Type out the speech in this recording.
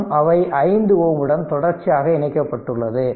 மற்றும் அவை 5 Ω உடன் தொடர்ச்சியாக இணைக்கப்பட்டுள்ளது